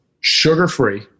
sugar-free